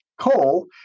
coal